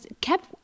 kept